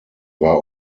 war